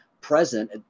present